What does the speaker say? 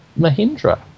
Mahindra